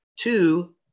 Two